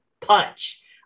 punch